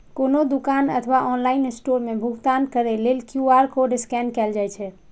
कोनो दुकान अथवा ऑनलाइन स्टोर मे भुगतान करै लेल क्यू.आर कोड स्कैन कैल जाइ छै